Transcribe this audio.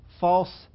false